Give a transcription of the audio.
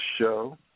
show